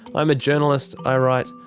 i'm a journalist i write,